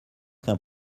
qu’un